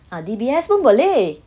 ah D_B_S pun boleh